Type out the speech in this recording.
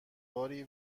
باری